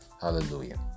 Hallelujah